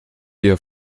ihr